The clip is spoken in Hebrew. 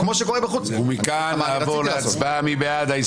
נצביע על הסתייגות 148 מי בעד?